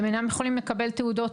הם אינם יכולים לקבל תעודות,